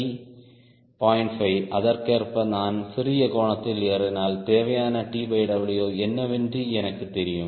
5 அதற்கேற்ப நான் சிறிய கோணத்தில் ஏறினால் தேவையான TW என்னவென்று எனக்குத் தெரியும்